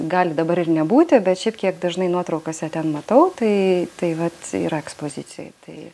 gali dabar ir nebūti bet šiaip kiek dažnai nuotraukose ten matau tai tai vat yra ekspozicijoj tai